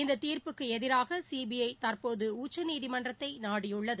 இந்த தீர்ப்புக்கு எதிராக சிபிஐ தற்போது உச்சநீதிமன்றத்தை நாடியுள்ளது